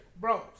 Bro